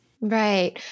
Right